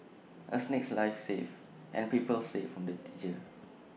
A snake's life saved and people saved from danger